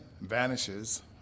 vanishes